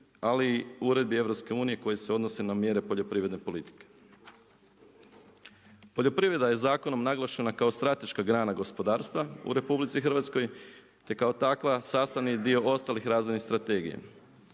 ali i uredbi EU koje se odnose na mjere poljoprivredne politike. Poljoprivreda je zakonom naglašena kao strateška grana gospodarstva u RH te kao takva sastavni je dio ostalih razvojnih strategija.